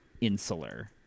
insular